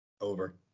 Over